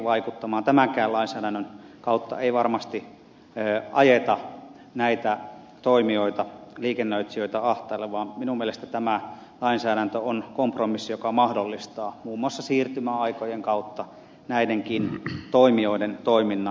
tämänkään lainsäädännön kautta ei varmasti ajeta näitä toimijoita liikennöitsijöitä ahtaalle vaan minun mielestäni tämä lainsäädäntö on kompromissi joka mahdollistaa muun muassa siirtymäaikojen kautta näidenkin toimijoiden toiminnan tulevaisuudessa